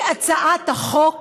לפי הצעת החוק